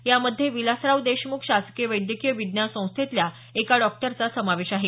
यामध्ये विलासराव देशमुख शासकीय वैद्यकीय विज्ञान संस्थेतल्या एका डॉक्टरचा समावेश आहे